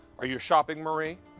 are you shopping, marie?